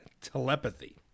telepathy